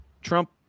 Trump